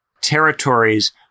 territories